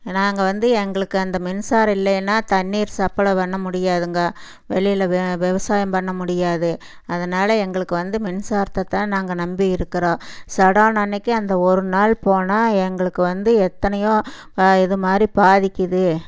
நாங்கள் வந்து எங்களுக்கு அந்த மின்சாரம் இல்லைன்னா தண்ணீர் சப்ளை பண்ண முடியாதுங்க வெளியில் விவசாயம் பண்ண முடியாது அதனால எங்களுக்கு வந்து மின்சாரத்தை தான் நாங்கள் நம்பி இருக்கிறோம் சட்டவுன் அன்னைக்கி அந்த ஒரு நாள் போனால் எங்களுக்கு வந்து எத்தனையோ இது மாதிரி பாதிக்குது